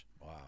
Wow